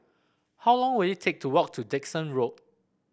how long will it take to walk to Dickson Road